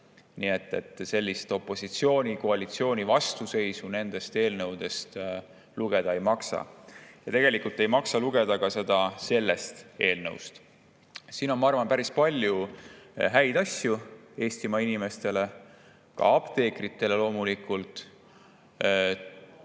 Nii et sellist opositsiooni-koalitsiooni vastuseisu nendest eelnõudest lugeda ei maksa. Tegelikult ei maksa lugeda seda ka sellest eelnõust. Siin on, ma arvan, päris palju häid asju Eestimaa inimestele, ka apteekritele loomulikult.